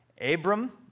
Abram